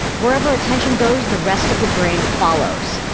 wherever attention goes, the rest of the brain follows.